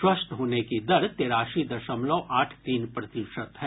स्वस्थ होने की दर तेरासी दशमलव आठ तीन प्रतिशत है